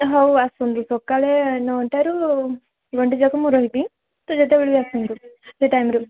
ହଉ ଆସନ୍ତୁ ସକାଳ ନଅଟାରୁ ଗୋଟେ ଯାକେ ମୁଁ ରହିବି ତ ଯେତେବେଳେ ବି ଆସନ୍ତୁ ସେହି ଟାଇମ୍ରୁ